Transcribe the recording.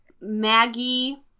Maggie